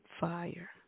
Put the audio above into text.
fire